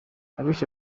abishe